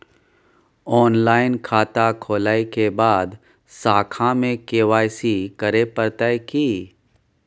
Online खाता खोलै के बाद शाखा में के.वाई.सी करे परतै की?